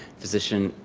physician,